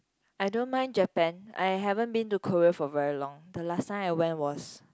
I don't mind Japan I haven't been to Korea for very long the last time I went was